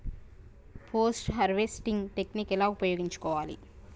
Post harvesting technique ఎలా ఉపయోగించుకోవాలి?